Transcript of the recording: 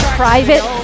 private